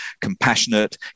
compassionate